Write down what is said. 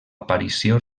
aparició